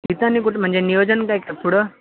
तिथं आणि कुठं म्हणजे नियोजन काही का पुढे